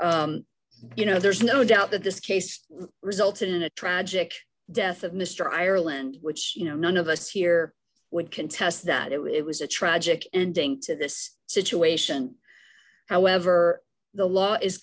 s you know there's no doubt that this case resulted in a tragic death of mr ireland which you know none of us here would contest that it was a tragic ending to this situation however the law is